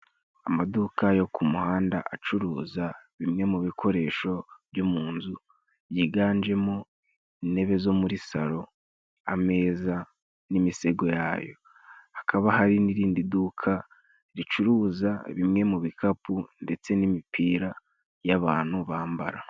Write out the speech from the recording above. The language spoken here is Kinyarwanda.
Amaduka yo ku muhanda acuruza bimwe mu bikoresho byo mu nzu byiganjemo intebe zo muri salo ,ameza n'imisego yayo. Hakaba hari n'irindi duka ricuruza bimwe mu bikapu ndetse n'imipira y'abantu bambara.